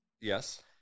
Yes